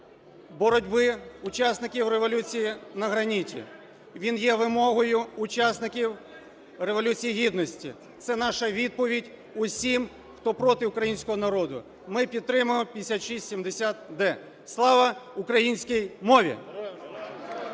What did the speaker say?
боротьби учасників Революції на граніті. Він є вимогою учасників Революції Гідності. Це наша відповідь всім, хто проти українського народу. Ми підтримуємо 5670-д. Слава українській мові!